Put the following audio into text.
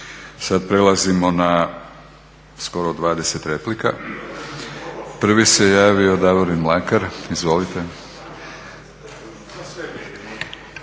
Sad prelazimo na skoro 20 replika. Prvi se javio Davorin Mlakar, izvolite.